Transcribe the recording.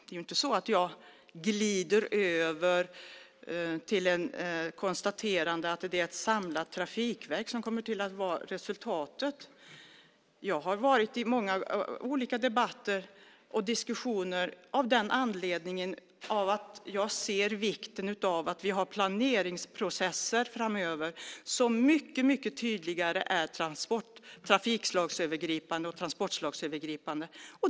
Det är inte så att jag glider över till ett konstaterande att ett samlat trafikverk kommer att vara resultatet. Jag har deltagit i många olika debatter och diskussioner av den anledningen att jag ser vikten av att vi har planeringsprocesser framöver som mycket tydligare är trafikslagsövergripande och transportslagsövergripande.